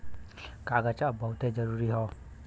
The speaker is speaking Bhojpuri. कागज अब बहुते जरुरी हौ